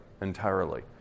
entirely